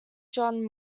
john